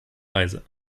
weise